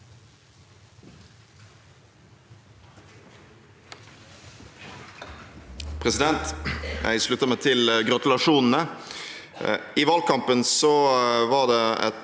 Jeg slutter meg til gratulasjonene. I valgkampen var det ett